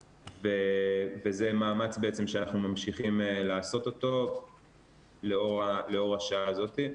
וזה מאמץ בעצם שאנחנו ממשיכים לעשות אותו לאור השעה הזאת.